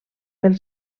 pel